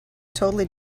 totally